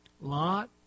Lot